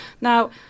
Now